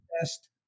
best